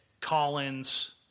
Collins